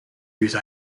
whose